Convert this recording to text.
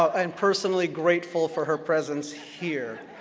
and personally grateful for her presence here